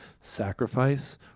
Sacrifice